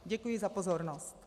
Děkuji za pozornost.